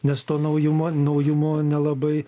nes to naujumo naujumo nelabai